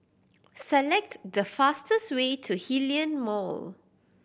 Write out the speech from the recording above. select the fastest way to Hillion Mall